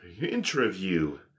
Interview